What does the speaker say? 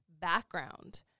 background